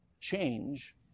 Change